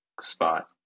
spot